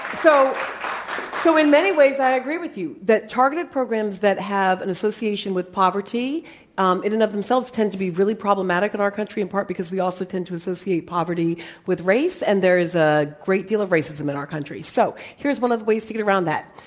so so in many ways i agree with you that targeted programs that have an association with poverty um in and of themselves tend to be really problematic in our country in part because we also tend to associate poverty with race. and there is a great deal of racism in our country. so, here is one of the ways to get around that.